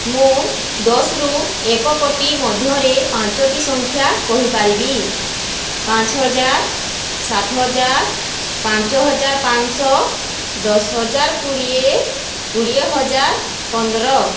ମୁଁ ଦଶରୁ ଏକକୋଟି ମଧ୍ୟରେ ପାଞ୍ଚୋଟି ସଂଖ୍ୟା କହିପାରିବି ପାଞ୍ଚହଜାର ସାତହଜାର ପାଞ୍ଚହଜାର ପାଁଶହ ଦଶହଜାର କୋଡ଼ିଏ କୋଡ଼ିଏହଜାର ପନ୍ଦର